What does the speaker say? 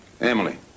Emily